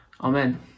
Amen